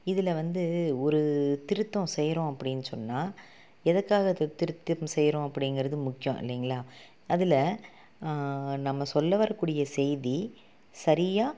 இதில் வந்து ஒரு திருத்தம் செய்கிறோம் அப்படின்னு சொன்னால் எதுக்காக திருத்தம் செய்கிறோம் அப்டிங்கிறது முக்கியம் இல்லைங்களா அதில் நம்ம சொல்ல வரக்கூடிய செய்தி சரியாக